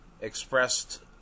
expressed